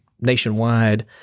nationwide